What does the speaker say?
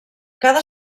cada